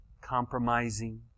compromising